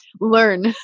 learn